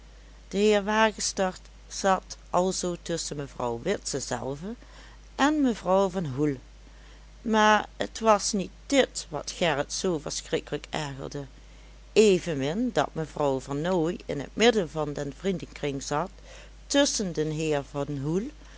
de heer wagestert zat alzoo tusschen mevrouw witse zelve en mevrouw van hoel maar het was niet dit wat gerrit zoo verschrikkelijk ergerde evenmin dat mevrouw vernooy in het midden van den vriendenkring zat tusschen den heer van hoel